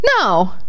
No